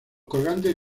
colgantes